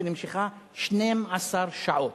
שנמשכה 12 שעות,